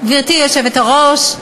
גברתי היושבת-ראש,